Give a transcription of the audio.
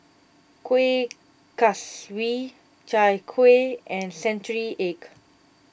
Kueh Kaswi Chai Kueh and Century Egg